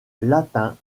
latin